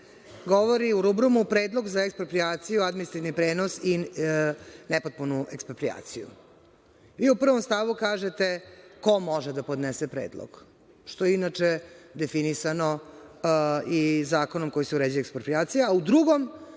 Govori u rubrumu - predlog za eksproprijaciju, administrativni prenos i nepotpunu eksproprijaciju. U prvom stavu kažete ko može da podnese predlog, što je inače definisano i zakonom kojim se uređuje eksproprijacija, a u drugom